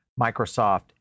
Microsoft